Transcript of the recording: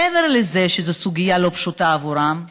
מעבר לזה שזו סוגיה לא פשוטה עבורם,